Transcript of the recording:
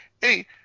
Hey